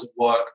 work